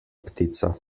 ptica